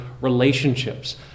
relationships